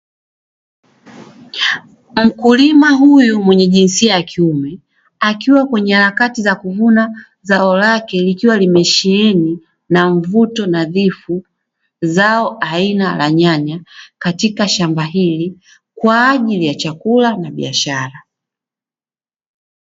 Mkulima huyu mwenye jinsia ya kiume, akiwa kwenye harakati za kuvuna zao lake, likiwa limesheheni na mvuto nadhifu, zao aina ya nyanya katika shamba hili, kwa ajili ya chakula na biashara.